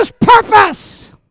purpose